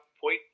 point